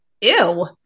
ew